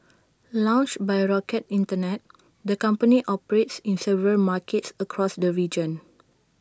launched by rocket Internet the company operates in several markets across the region